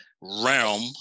realm